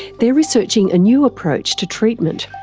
they're researching a new approach to treatment.